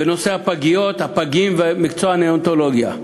בנושא הפגיות, הפגים ומקצוע הנאונטולוגיה.